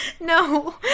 no